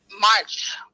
March